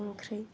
ओंख्रि